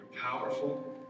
powerful